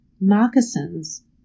moccasins